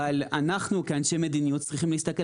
אבל אנחנו כאנשים מדיניות צריכים להסתכל